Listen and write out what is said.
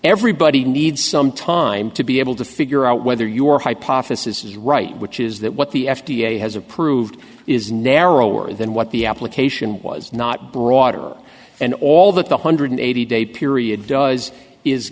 everybody needs some time to be able to figure out whether your hypothesis is right which is that what the f d a has approved is narrower than what the application was not broader and all that the hundred eighty day period does is